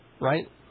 Right